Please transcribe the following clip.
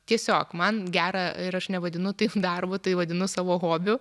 tiesiog man gera ir aš nevadinu tai darbu tai vadinu savo hobiu